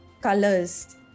colors